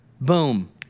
Boom